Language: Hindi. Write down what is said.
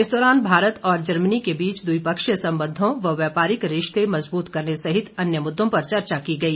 इस दौरान भारत और जर्मनी के बीच द्विपक्षीय संबंधो व व्यापारिक रिश्ते मजबूत करने सहित अन्य मुददों पर चर्चा की गई